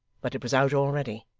but it was out already.